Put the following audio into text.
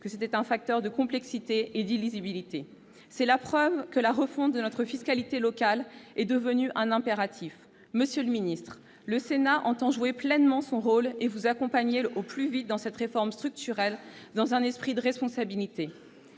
que c'était un facteur de complexité et d'illisibilité. C'est la preuve que la refonte de notre fiscalité locale est devenue un impératif. Monsieur le secrétaire d'État, le Sénat entend jouer pleinement son rôle et vous accompagner au plus vite dans cette réforme structurelle, dans un esprit de responsabilité.